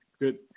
good